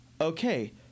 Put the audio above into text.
okay